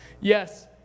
Yes